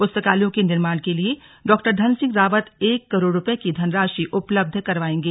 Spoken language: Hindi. पुस्तकालयों के निर्माण के लिए डाधन सिंह रावत एक करोड़ रुपये की धनराशि उपलब्ध करवाएंगे